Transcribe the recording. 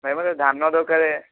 ଭାଇ ମୋତେ ଧାନ ଦରକାର